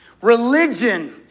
Religion